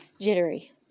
jittery